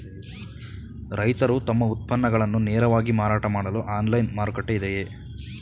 ರೈತರು ತಮ್ಮ ಉತ್ಪನ್ನಗಳನ್ನು ನೇರವಾಗಿ ಮಾರಾಟ ಮಾಡಲು ಆನ್ಲೈನ್ ಮಾರುಕಟ್ಟೆ ಇದೆಯೇ?